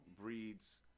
breeds